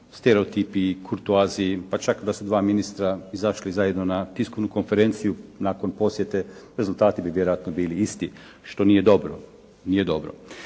stereotipu i kurtoaziji pa čak da su dva ministra izašli zajedno na tiskovnu konferenciju nakon posjete rezultati bi vjerojatno bili isti što nije dobro, nije dobro.